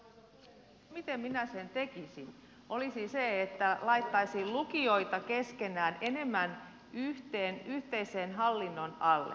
se miten minä sen tekisin olisi että laittaisin lukioita keskenään enemmän yhteisen hallinnon alle